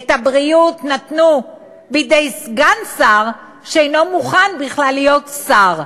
את הבריאות נתנו בידי סגן שר שאינו מוכן בכלל להיות שר.